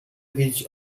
wiedzieć